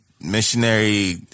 missionary